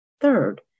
Third